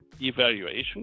evaluation